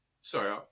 Sorry